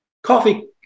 Coffee